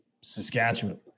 Saskatchewan